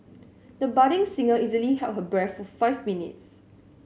the budding singer easily held her breath for five minutes